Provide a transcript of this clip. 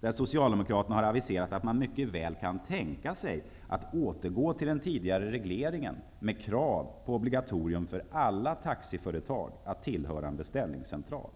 där socialdemokraterna aviserat att man mycket väl kan tänka sig att återgå till den tidigare regleringen med krav på obligatorium för alla taxiföretag att tillhöra en beställningscentral.